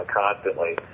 constantly